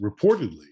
reportedly